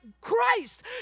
Christ